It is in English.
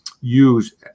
use